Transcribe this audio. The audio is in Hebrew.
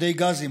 מדי גזים,